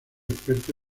experto